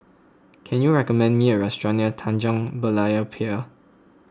can you recommend me a restaurant near Tanjong Berlayer Pier